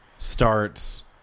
starts